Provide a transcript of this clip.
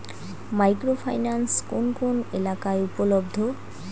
Micro finance কোন কোন এলাকায় উপলব্ধ?